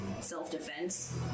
self-defense